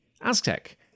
Aztec